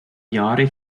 jahre